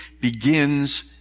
begins